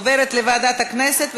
עוברת לוועדת הכנסת,